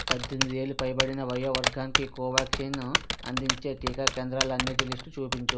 పద్దెనిమిది ఏళ్లు పైబడిన వయో వర్గానికి కోవ్యాక్సిన్ ను అందించే టీకా కేంద్రాలన్నిటి లిస్టు చూపించు